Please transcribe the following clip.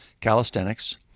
calisthenics